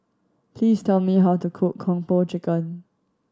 please tell me how to cook Kung Po Chicken